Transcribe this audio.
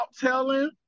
telling